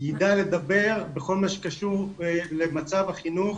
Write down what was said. ידע לדבר בכל מה שקשור למצב החינוך